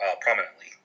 prominently